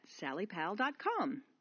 sallypal.com